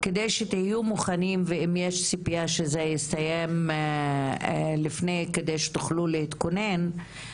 מנת שתהיו מוכנים ואם יש ציפייה שזה יסתיים לפני כדי שתוכלו להתכונן,